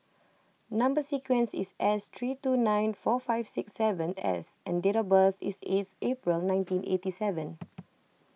Number Sequence is S three two nine four five six seven S and date of birth is eight April nineteen eighty seven